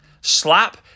Slap